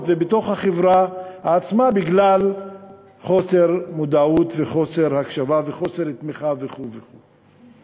ובתוך החברה עצמה בגלל חוסר מודעות וחוסר הקשבה וחוסר תמיכה וכו' וכו'.